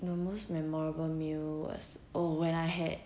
the most memorable meal was oh when I had